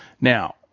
Now